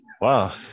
Wow